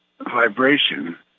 vibration